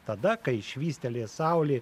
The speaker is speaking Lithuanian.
tada kai švystelės saulė